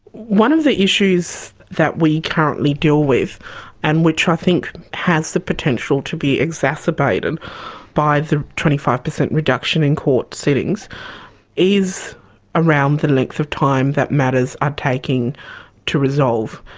one of the issues that we currently deal with and which i think has the potential to be exacerbated by the twenty five percent reduction in court sittings is around the length of time that matters are taking to resolve.